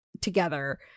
together